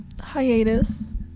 hiatus